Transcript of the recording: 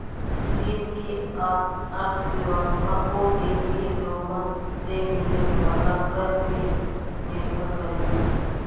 देश के अर्थव्यवस्था ओ देश के लोगन से मिले वाला कर पे निर्भर करेला